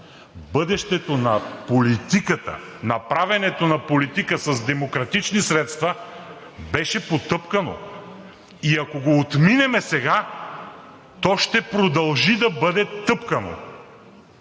Бъдещето на политиката, на правенето на политика с демократични средства беше потъпкано. И ако го отминем сега, то ще продължи да бъде тъпкано.